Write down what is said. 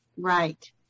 Right